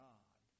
God